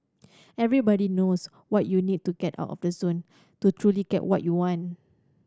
everybody knows what you need to get out of the zone to truly get what you want